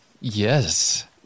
yes